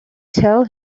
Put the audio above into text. tell